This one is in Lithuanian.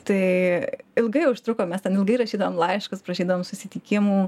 tai ilgai užtruko mes ten ilgai rašydavom laiškus prašydavom susitikimų